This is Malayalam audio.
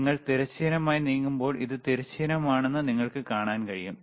നിങ്ങൾ തിരശ്ചീനമായി നീങ്ങുമ്പോൾ ഇത് തിരശ്ചീനമാണെന്ന് നിങ്ങൾക്ക് കാണാൻ കഴിയും